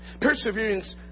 perseverance